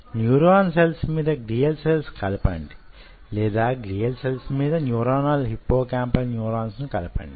neuron cells మీద glial cells కలపండి లేదా గ్లియల్ సెల్స్ మీద న్యూరనల్ హిప్పోకాంపల్ న్యూరాన్స్ ను కలపండి